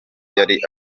yari